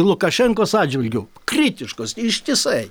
lukašenkos atžvilgiu kritiškos ištisai